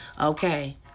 okay